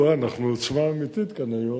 אוּ-ואה, אנחנו עוצמה אמיתית כאן היום,